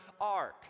ark